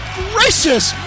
gracious